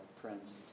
Friends